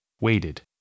waited